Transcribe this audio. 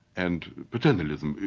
and paternalism,